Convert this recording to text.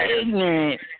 ignorant